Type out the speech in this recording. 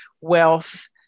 wealth